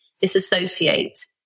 disassociate